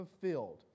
fulfilled